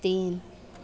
तीन